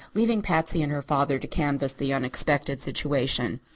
leaving patsy and her father to canvass the unexpected situation.